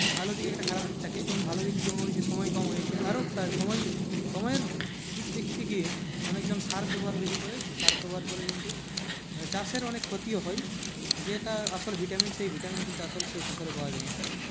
ভালো দিক একটা খারাপ দিক থাকে যেমন ভালো দিক যেমন ওই যে সময় কম হয়েছে আরো একটা সময় সময়ের দিক দিক থিকে অনেকজন সার ব্যবহার বেশি করে সার ব্যবহার করে কিন্তু চাষেরও অনেক ক্ষতিও হয় যেটা আসল ভিটামিন সেই ভিটামিন কিন্তু আসল সেই ফসলে পাওয়া যাই না